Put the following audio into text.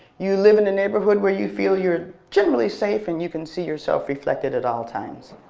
you live in a neighborhood where you feel you are generally safe and you can see yourself reflected at all times.